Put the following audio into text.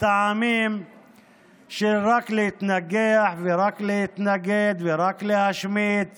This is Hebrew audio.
מטעמים של רק להתנגח ורק להתנגד ורק להשמיץ